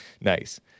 nice